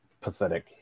pathetic